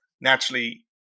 naturally